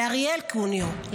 לאריאל קוניו,